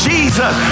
Jesus